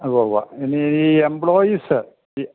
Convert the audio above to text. ഉവ്വ് ഉവ്വ് ഇനി ഈ എംപ്ലോയീസ്